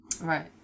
right